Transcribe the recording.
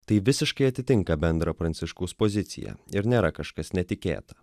tai visiškai atitinka bendrą pranciškaus poziciją ir nėra kažkas netikėta